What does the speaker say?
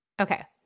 Okay